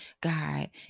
God